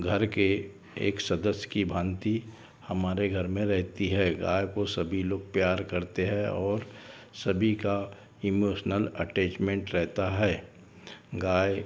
घर के एक सदस्य की भाँति हमारे घर में रहती है गाय को सभी लोग प्यार करते हैं और सभी का इमोशनल अटैचमेंट रहता है गाय